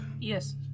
Yes